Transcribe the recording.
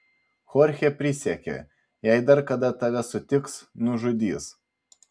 chorchė prisiekė jei dar kada tave sutiks nužudys